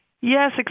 Yes